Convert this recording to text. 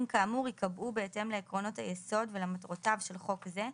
כאמור ייקבעו בהתאם לעקרונות היסוד ולמטרותיו של חוק זה,